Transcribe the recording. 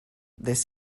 this